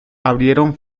abrieron